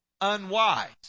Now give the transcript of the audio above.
unwise